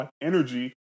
energy